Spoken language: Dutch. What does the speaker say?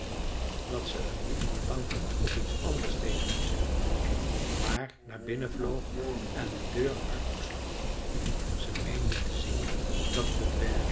dat ze hem niet kon danken of iets anders tegen hem zeggen maar naar binnen vloog en de deur hard toesloeg ze meende te zien dat de dwerg